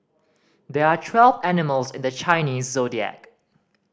there are twelve animals in the Chinese Zodiac